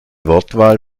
wortwahl